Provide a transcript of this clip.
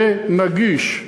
זה נגיש.